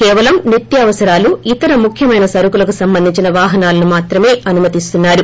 కేవలం నిత్యావసరాలు ఇతర ముఖ్యమైన సరకులకు సంబంధించిన వాహనాలను మాత్రమే అనుతిస్తున్నారు